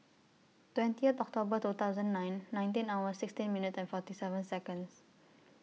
twenty October two thousand nine nineteen hour sixteen minute and forty seven Seconds